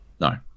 no